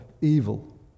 evil